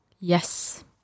Yes